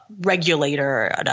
regulator